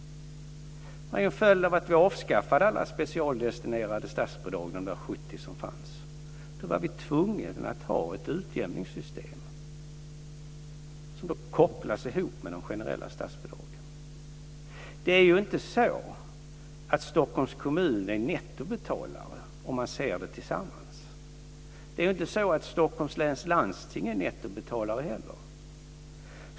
Det är en följd av att vi avskaffade alla specialdestinerade statsbidrag - de 70 som fanns. Då var vi tvungna att ha ett utjämningssystem som kopplas ihop med de generella statsbidragen. Det är inte så att Stockholms kommun är nettobetalare om man ser allt tillsammans. Det är inte heller så att Stockholms läns landsting är nettobetalare.